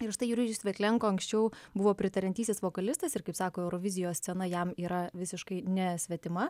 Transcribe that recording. ir štai jurijus veklenko anksčiau buvo pritariantysis vokalistas ir kaip sako eurovizijos scena jam yra visiškai nesvetima